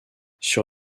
sur